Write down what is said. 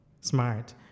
smart